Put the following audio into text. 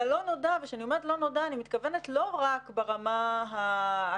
כשאני אומרת "לא נודע" אני מתכוונת לא רק ברמה הקלה,